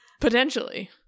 Potentially